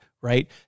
right